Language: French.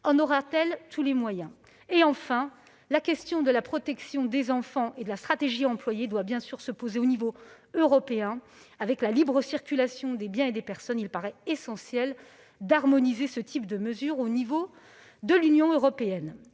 disposera-t-elle de tous les moyens nécessaires ? Enfin, la question de la protection des enfants et de la stratégie employée pour cela doit bien évidemment se poser au niveau européen. Du fait de la libre circulation des biens et des personnes, il paraît essentiel d'harmoniser ce type de mesures au niveau de l'Union européenne.